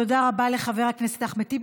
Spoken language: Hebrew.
תודה רבה לחבר הכנסת אחמד טיבי.